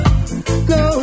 no